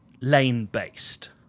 lane-based